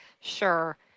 Sure